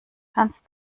kannst